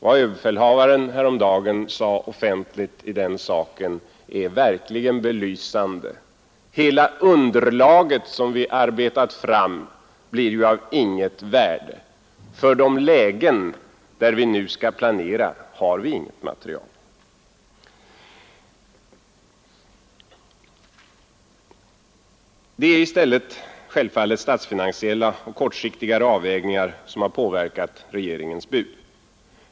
Vad överbefälhavaren häromdagen offentligt sade i den saken är verkligen belysande: Hela underlaget som vi arbetat fram blir ju av inget värde. För de lägen där vi nu skall planera har vi inget material. Det är i stället självfallet statsfinansiella och kortsiktigare avvägningar som har påverkat regeringens bud.